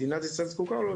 מדינת ישראל זקוקה לו,